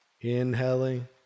Inhaling